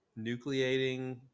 nucleating